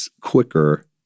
quicker